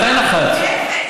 מתי נחתת?